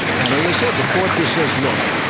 and as i said, the court just says, look,